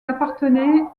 appartenait